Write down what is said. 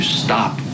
stop